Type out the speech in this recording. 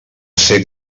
ser